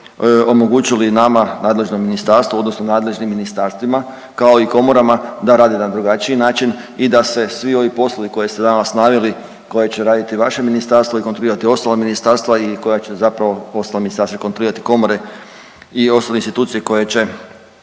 omogućili nama, nadležnom ministarstvu odnosno nadležnim ministarstvima kao i komorama da rade na drugačiji način i da se svi ovi poslovi koje ste danas naveli koje će raditi vaše ministarstvo i kontrolirati ostala ministarstva i koja će zapravo ostala ministarstva kontrolirati komore i ostale institucije koje će